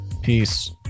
Peace